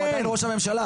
הוא עדיין ראש הממשלה.